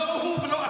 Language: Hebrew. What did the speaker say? פתאום לא הוא ולא אתם.